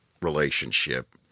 relationship